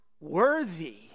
worthy